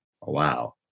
Wow